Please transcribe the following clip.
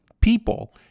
people